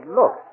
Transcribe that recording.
look